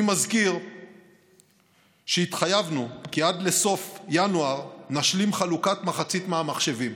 אני מזכיר שהתחייבנו שעד לסוף ינואר נשלים את חלוקת מחצית מהמחשבים.